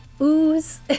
ooze